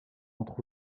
entre